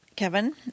Kevin